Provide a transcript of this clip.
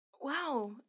Wow